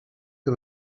que